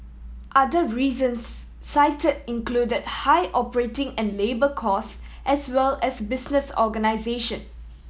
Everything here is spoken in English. other reasons cite included high operating and labour costs as well as business organisation